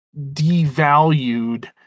devalued